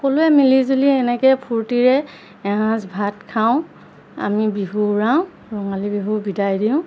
সকলোৱে মিলি জুলি এনেকৈ ফূৰ্তিৰে এসাঁজ ভাত খাওঁ আমি বিহু উৰাওঁ ৰঙালী বিহু বিদায় দিওঁ